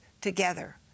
together